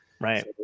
Right